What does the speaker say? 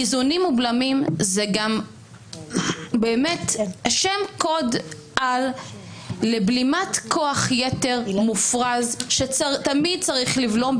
איזונים ובלמים זה גם שם קוד-על לבלימת כוח יתר מופרז שתמיד צריך לבלום,